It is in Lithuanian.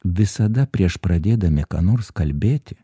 visada prieš pradėdami ką nors kalbėti